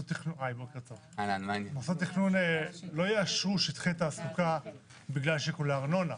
אבל מוסדות תכנון לא יאשרו שטחי תעסוקה בגלל שיקולי ארנונה,